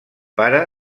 pare